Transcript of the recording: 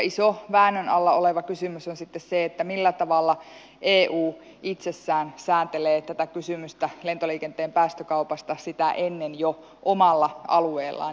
iso väännön alla oleva kysymys on sitten se millä tavalla eu itsessään sääntelee tätä kysymystä lentoliikenteen päästökaupasta jo sitä ennen omalla alueellaan